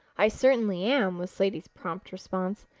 i certainly am, was slaty's prompt response.